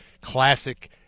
classic